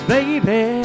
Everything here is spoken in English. Baby